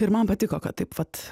ir man patiko kad taip vat